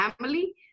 family